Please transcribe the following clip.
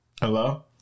Hello